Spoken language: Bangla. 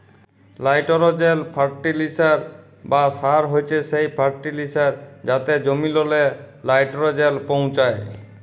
লাইটোরোজেল ফার্টিলিসার বা সার হছে সেই ফার্টিলিসার যাতে জমিললে লাইটোরোজেল পৌঁছায়